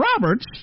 Roberts